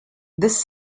this